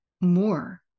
more